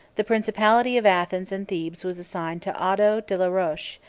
the principality of athens and thebes was assigned to otho de la roche,